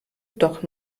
doch